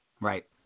right